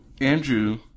Andrew